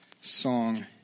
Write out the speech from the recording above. song